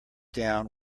down